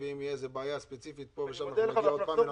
ואם תהיה איזו בעיה ספציפית פה ושם אנחנו נגיע עוד פעם.